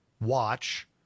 watch